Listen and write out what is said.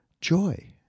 joy